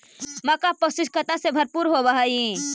मक्का पौष्टिकता से भरपूर होब हई